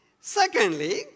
Secondly